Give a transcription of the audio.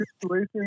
situation